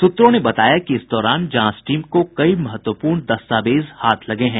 सूत्रों ने बताया कि इस दौरान जांच टीम को कई महत्वपूर्ण दस्तावेज हाथ लगे हैं